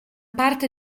parte